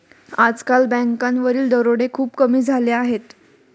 आजकाल बँकांवरील दरोडे खूप कमी झाले आहेत